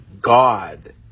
God